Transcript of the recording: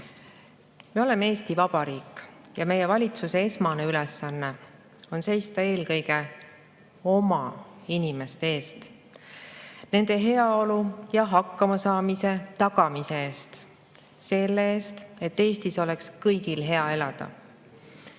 Me oleme Eesti Vabariik ja meie valitsuse esmane ülesanne on seista eelkõige oma inimeste eest, nende heaolu ja hakkamasaamise tagamise eest, selle eest, et Eestis oleks kõigil hea elada,